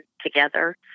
together